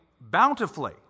bountifully